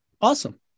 Awesome